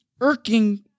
irking